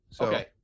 Okay